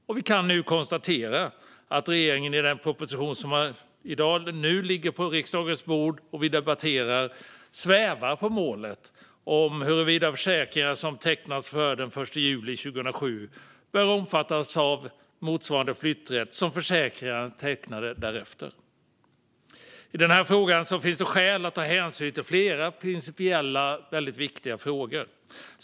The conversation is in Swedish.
Vi kan nu konstatera att regeringen i den proposition som nu ligger på riksdagens bord och vi debatterar svävar på målet huruvida försäkringar som tecknats före den 1 juli 2007 bör omfattas av motsvarande flytträtt som försäkringar tecknade därefter. I den här frågan finns det skäl att ta hänsyn till flera principiellt väldigt viktiga frågor.